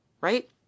right